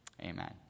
amen